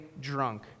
drunk